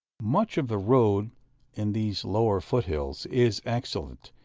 much of the road in these lower foot-hills is excellent,